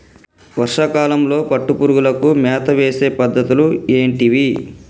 వర్షా కాలంలో పట్టు పురుగులకు మేత వేసే పద్ధతులు ఏంటివి?